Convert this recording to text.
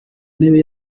ntebe